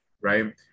right